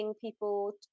people